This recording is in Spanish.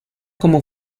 como